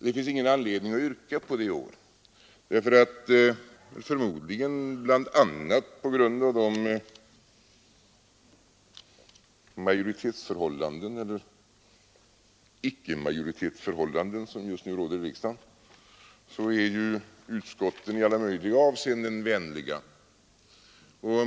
Det finns dock ingen anledning att yrka på det i år; förmodligen bl.a. på grund av de majoritetsförhållanden — eller icke-majoritetsförhållanden — som just råder i riksdagen är ju utskotten i alla möjliga avseenden vänliga.